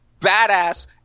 badass